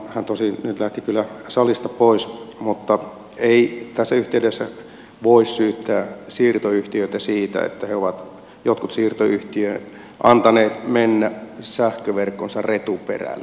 hän tosin nyt lähti kyllä salista pois mutta ei tässä yhteydessä voi syyttää siirtoyhtiöitä siitä että jotkut siirtoyhtiöt ovat antaneet mennä sähköverkkonsa retuperälle